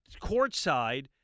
courtside